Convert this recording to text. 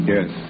Yes